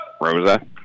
Rosa